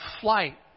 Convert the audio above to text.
flight